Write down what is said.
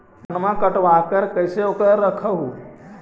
धनमा कटबाकार कैसे उकरा रख हू?